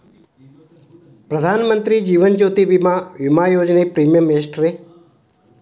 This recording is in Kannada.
ಪ್ರಧಾನ ಮಂತ್ರಿ ಜೇವನ ಜ್ಯೋತಿ ಭೇಮಾ, ವಿಮಾ ಯೋಜನೆ ಪ್ರೇಮಿಯಂ ಎಷ್ಟ್ರಿ?